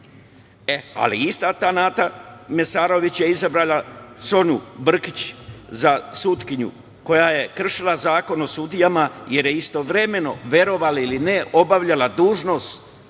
Ista ta Nata Mesarović je izabrala Sonju Brkić za sudiju koja je kršila Zakon o sudijama, jer je istovremeno, verovali ili ne, obavljala dužnost